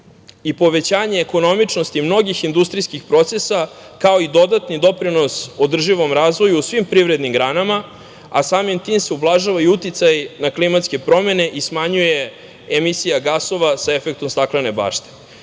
i povećanje ekonomičnosti mnogih industrijskih procesa, kao i dodatni doprinos održivom razvoju u svim privrednim granama, a samim tim se ublažava i uticaj na klimatske promene i smanjuje emisija gasova sa efektom staklene bašte. Jasno